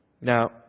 Now